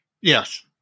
Yes